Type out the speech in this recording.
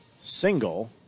single